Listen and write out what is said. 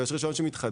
ויש רישיון שמתחדש,